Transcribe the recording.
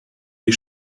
die